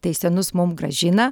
tai senus mum grąžina